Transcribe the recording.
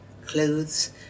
clothes